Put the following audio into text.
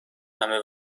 همه